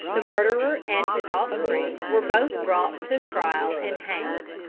the murderer and his offspring were both brought to trial and hanged.